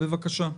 בבקשה.